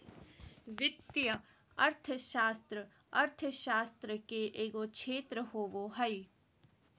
वित्तीय अर्थशास्त्र अर्थशास्त्र के एगो क्षेत्र होबो हइ